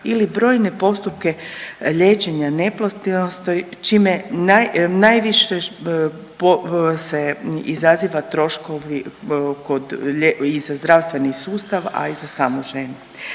ili brojne postupke liječenja neplodnosti čime najviše se izaziva troškovi kod i za zdravstveni sustav, a i za samu ženu.